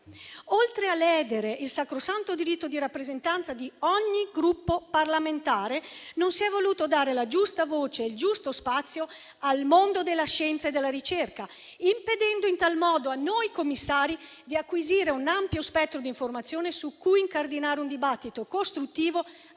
Oltre a ledere il sacrosanto diritto di rappresentanza di ogni Gruppo parlamentare, non si è voluto dare la giusta voce e il giusto spazio al mondo della scienza e della ricerca, impedendo in tal modo a noi commissari di acquisire un ampio spettro di informazioni su cui incardinare un dibattito costruttivo,